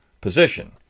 position